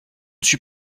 suis